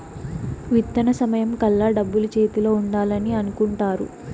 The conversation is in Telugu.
విత్తన సమయం కల్లా డబ్బులు చేతిలో ఉండాలని అనుకుంటారు